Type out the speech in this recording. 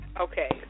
Okay